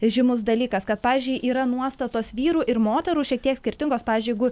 žymus dalykas kad pavyzdžiui yra nuostatos vyrų ir moterų šiek tiek skirtingos pavyzdžiui jeigu